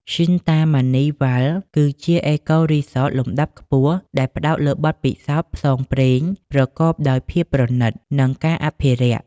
Shinta Mani Wild គឺជាអេកូរីសត លំដាប់ខ្ពស់ដែលផ្តោតលើបទពិសោធន៍ផ្សងព្រេងប្រកបដោយភាពប្រណីត និងការអភិរក្ស។